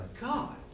God